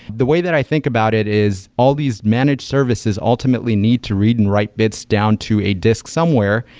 the way that i think about it is all these managed services ultimately need to read and write bits down to a disk somewhere,